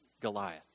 Goliath